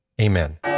Amen